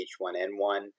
H1N1